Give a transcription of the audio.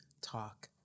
talk